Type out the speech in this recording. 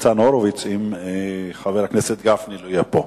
ניצן הורוביץ, אם חבר הכנסת גפני לא יהיה פה.